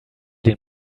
den